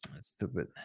stupid